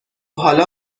حالا